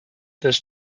this